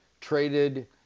traded